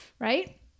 right